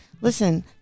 listen